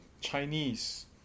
Chinese